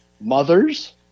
mothers